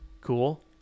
cool